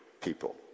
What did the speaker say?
people